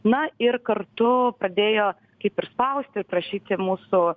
na ir kartu pradėjo kaip ir spausti prašyti mūsų